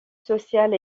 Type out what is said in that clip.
sociale